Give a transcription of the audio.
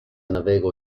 navego